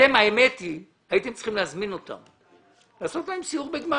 אתם הייתם צריכים להזמין אותם ולעשות להם סיור בגמ"חים.